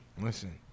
Listen